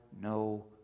no